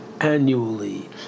annually